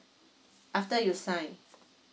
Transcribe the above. after you sign